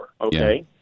okay